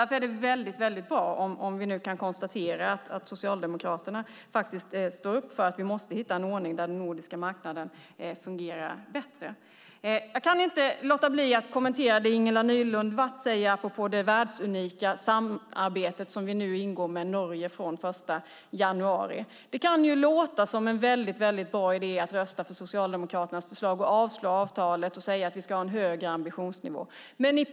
Därför är det mycket bra om vi nu kan konstatera att Socialdemokraterna står upp för att vi måste hitta en ordning innebärande att den nordiska marknaden fungerar bättre. Jag kan inte låta bli att kommentera vad Ingela Nylund Watz säger apropå det världsunika samarbete som vi den 1 januari 2012 ingår med Norge. Det kan låta som en väldigt bra idé att rösta för Socialdemokraternas förslag och för avslag beträffande avtalet och att säga att vi ska ha en högre ambitionsnivå.